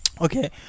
Okay